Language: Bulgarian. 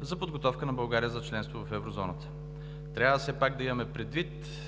за подготовката на България за членство в Еврозоната. Трябва все пак да имаме предвид,